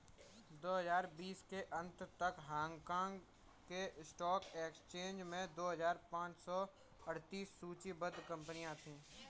दो हजार बीस के अंत तक हांगकांग के स्टॉक एक्सचेंज में दो हजार पाँच सौ अड़तीस सूचीबद्ध कंपनियां थीं